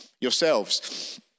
yourselves